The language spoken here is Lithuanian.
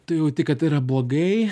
tu jauti kad tai yra blogai